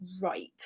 right